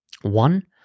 One